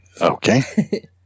Okay